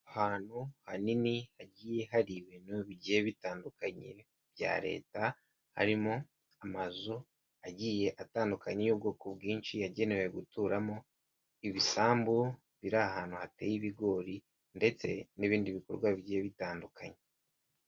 Ahantu hanini, hagiye hari ibintu bigiye bitandukanye bya leta, harimo amazu agiye atandukanye y'ubwoko bwinshi, yagenewe guturamo, ibisambu biri ahantu hateye ibigori, ndetse n'ibindi bikorwa bigiye bitandukanye.